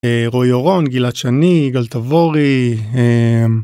רוי אורון, גלעד שני, יגאל תבורי.